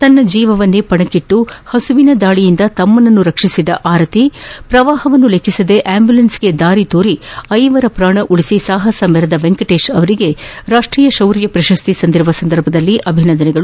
ತನ್ನ ಜೀವವನ್ನೇ ಪಣಕ್ಕಿಟ್ಟು ಹಸುವಿನ ದಾಳಿಯಿಂದ ತಮ್ಮನನ್ನು ರಕ್ಷಿಸಿದ ಆರತಿ ಪ್ರವಾಹವನ್ನು ಲೆಕ್ಕಿಸದೆ ಅಂಬ್ಯುಲೆನ್ಸ್ ಗೆ ದಾರಿ ಡೋರಿ ಐವರ ಪ್ರಾಣ ಉಳಿಸಿ ಸಾಹಸ ಮೆರೆದ ವೆಂಕಟೇಶ್ ಅವರಿಗೆ ರಾಷ್ಟೀಯ ಶೌರ್ಯ ಪ್ರಶಸ್ತಿ ಸಂದಿರುವ ಸಂದರ್ಭದಲ್ಲಿ ಅಭಿನಂದನೆಗಳು